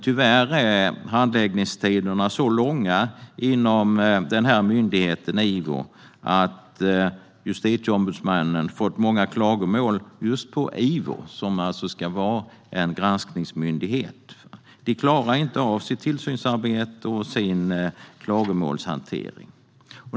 Tyvärr är handläggningstiderna så långa inom myndigheten att justitieombudsmännen fått många klagomål just på IVO, som alltså ska vara en granskningsmyndighet. De klarar inte av sitt tillsynsarbete och sin klagomålshantering.